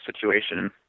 situation